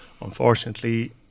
unfortunately